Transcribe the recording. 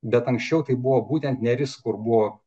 bet anksčiau tai buvo būtent neris kur buvo